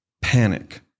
panic